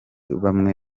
bamwe